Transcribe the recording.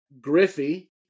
Griffey